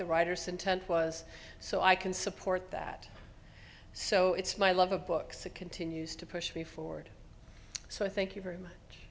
the writer's intent was so i can support that so it's my love of books it continues to push me for it so i thank you very much